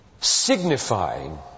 signifying